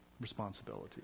responsibility